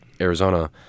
Arizona